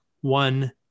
one